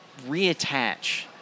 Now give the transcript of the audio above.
reattach